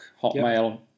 Hotmail